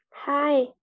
hi